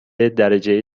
درجه